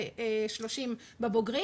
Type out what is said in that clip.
ו-30 בבוגרים.